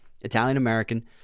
Italian-American